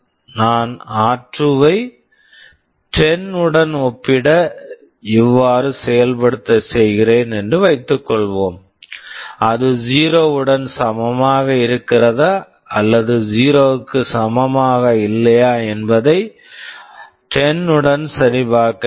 நான் ஆர்2 r2 ஐ 10 உடன் ஒப்பிட இவ்வாறு செயல்படுத்த செய்கிறேன் என்று வைத்துக்கொள்வோம் அது ஜீரோ 0 உடன் சமமாக இருக்கிறதா அல்லது ஜீரோ 0 க்கு சமமாக இல்லையா என்பதை 10 உடன் சரிபார்க்க வேண்டும்